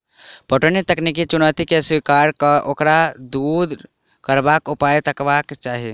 पटौनीक तकनीकी चुनौती के स्वीकार क ओकरा दूर करबाक उपाय तकबाक चाही